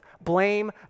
blame